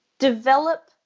develop